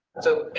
so,